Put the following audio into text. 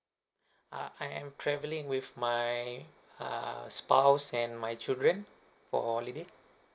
uh I am travelling with my uh spouse and my children for holiday